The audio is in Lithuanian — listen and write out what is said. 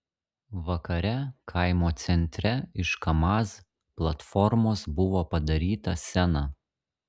vakare kaimo centre iš kamaz platformos buvo padaryta scena